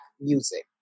music